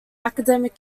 academic